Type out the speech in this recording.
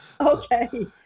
Okay